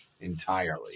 entirely